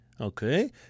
Okay